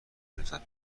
نسبت